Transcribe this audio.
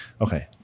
Okay